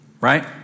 right